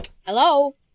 Hello